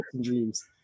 dreams